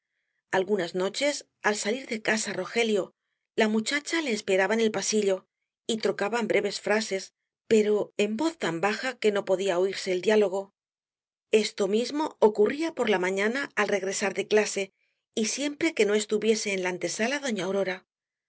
algunas noches al salir de casa rogelio la muchacha le esperaba en el pasillo y trocaban breves frases pero en voz tan baja que no podía oirse el diálogo esto mismo ocurría por la mañana al regresar de clase y siempre que no estuviese en la antesala doña aurora por